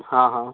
हाँ हाँ